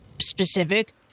specific